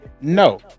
No